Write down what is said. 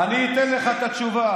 אני אתן לך את התשובה.